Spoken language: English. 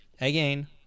again